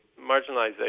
Marginalization